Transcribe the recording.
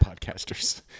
podcasters